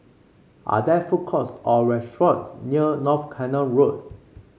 are there food courts or restaurants near North Canal Road